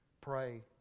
Pray